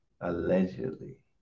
allegedly